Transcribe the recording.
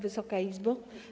Wysoka Izbo!